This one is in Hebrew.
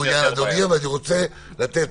גם אני מעוניין, אדוני, אבל אני רוצה לתת